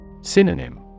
Synonym